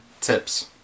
tips